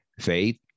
faith